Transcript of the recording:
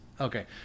Okay